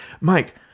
Mike